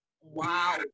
Wow